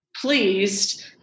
pleased